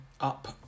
up